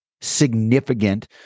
significant